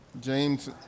James